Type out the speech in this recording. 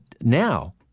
now